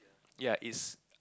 ya is